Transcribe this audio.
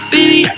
Baby